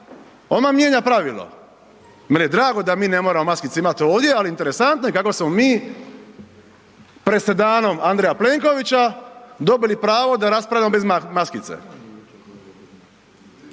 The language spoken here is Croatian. odmah mijenja pravilo, meni je drago da mi ne moramo imati maskice ovdje, ali interesantno je kako smo mi presedanom Andreja Plenkovića dobili pravo da raspravljamo bez maskice.